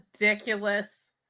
ridiculous